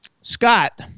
Scott